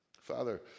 Father